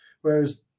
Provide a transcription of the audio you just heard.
Whereas